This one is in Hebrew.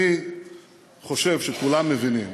אני חושב שכולם מבינים,